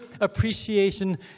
appreciation